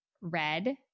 red